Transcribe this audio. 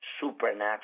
supernatural